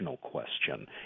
question